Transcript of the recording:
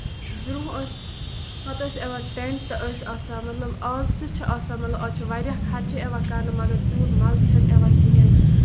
برونہہ ٲسۍ پَتہٕ ٲسۍ یِوان ٹینٹ تہٕ ٲسۍ آسان مطلب آز تہِ چھِ آسان مطلب آز چھُ واریاہ خرچہٕ یِوان کرنہٕ مَگر تیوٗت مَزٕ چھُنہٕ یِوان کِہیٖنۍ نہٕ